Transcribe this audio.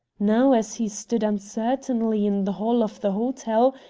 now as he stood uncertainly in the hall of the hotel,